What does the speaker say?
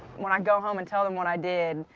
when i go home and tell them what i did,